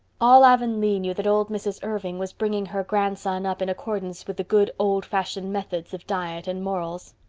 all avonlea knew that old mrs. irving was bringing her grandson up in accordance with the good, old-fashioned methods of diet and morals.